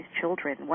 children